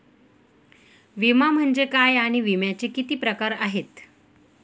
विमा म्हणजे काय आणि विम्याचे किती प्रकार आहेत?